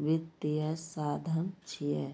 वित्तीय साधन छियै